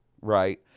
right